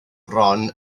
bron